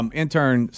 intern